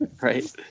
Right